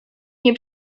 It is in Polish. nie